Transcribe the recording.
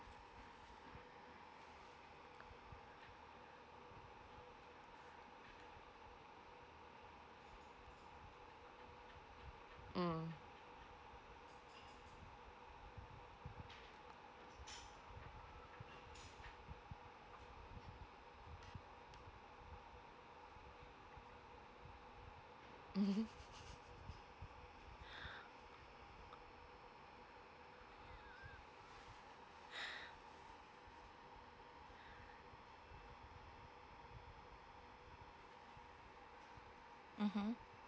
mm mmhmm